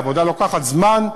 העבודה לוקחת זמן,